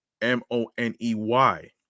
m-o-n-e-y